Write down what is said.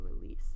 release